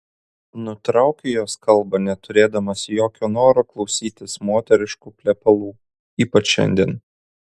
nutraukiu jos kalbą neturėdamas jokio noro klausytis moteriškų plepalų ypač šiandien